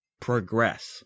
progress